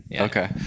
Okay